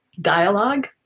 dialogue